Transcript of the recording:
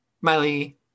Miley